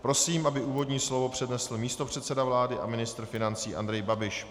Prosím, aby úvodní slovo přednesl místopředseda vlády a ministr financí Andrej Babiš.